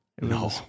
No